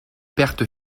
pertes